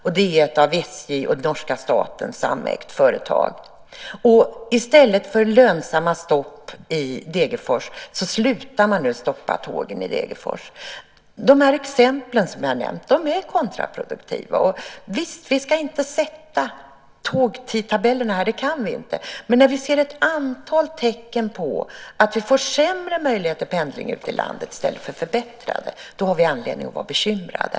Linx är ett av SJ och norska staten samägt företag. I stället för lönsamma stopp i Degerfors slutar man nu att stanna tågen i Degerfors. De exempel som jag har nämnt är kontraproduktiva. Det är riktigt att vi inte ska sätta tågtidtabellerna här - det kan vi inte. Men när vi ser ett antal tecken på att det blir sämre möjligheter till pendling ute i landet i stället för förbättrade har vi anledning att vara bekymrade.